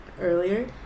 earlier